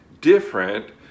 different